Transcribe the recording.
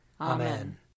Amen